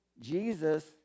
Jesus